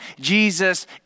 Jesus